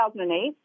2008